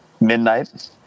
midnight